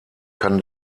kann